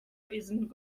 isn’t